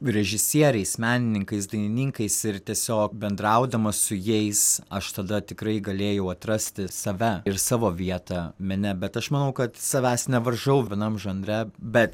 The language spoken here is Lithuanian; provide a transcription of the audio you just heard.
režisieriais menininkais dainininkais ir tiesiog bendraudamas su jais aš tada tikrai galėjau atrasti save ir savo vietą mene bet aš manau kad savęs nevaržau vienam žanre bet